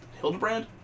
Hildebrand